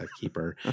keeper